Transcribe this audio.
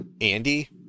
Andy